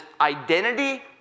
identity